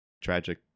tragic